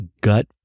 gut